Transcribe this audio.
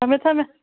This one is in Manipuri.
ꯊꯝꯃꯦ ꯊꯝꯃꯦ